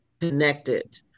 connected